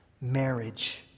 Marriage